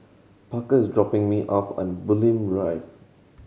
Parker is dropping me off at Bulim Drive